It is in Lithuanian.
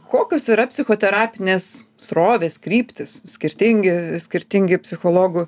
kokios yra psichoterapinės srovės kryptys skirtingi skirtingi psichologų